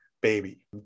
baby